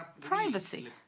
privacy